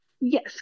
Yes